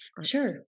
sure